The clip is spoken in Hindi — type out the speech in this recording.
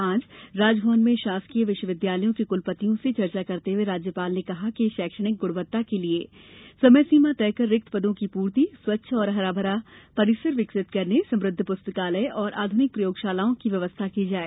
आज राजभवन में शासकीय विश्वविद्यालयों के कलपतियों से चर्चा करते हए राज्यपाल ने कहा कि शैक्षणिक गृणवत्ता के लिए समयसीमा तय कर रिक्त पदोँ की पूर्ति स्वच्छ और ँहरा भरा परिसर विकसित करने समुद्ध पुस्तकालय और आध्निक प्रयोगशालाओं की व्यवस्था की जायें